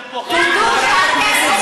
אנחנו פוחדים, חברת הכנסת זועבי.